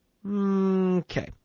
Okay